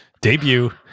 debut